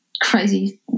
crazy